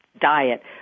diet